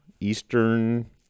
Eastern